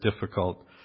difficult